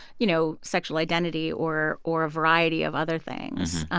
you know, sexual identity or or a variety of other things.